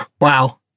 Wow